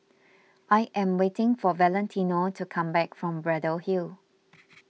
I am waiting for Valentino to come back from Braddell Hill